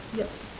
yup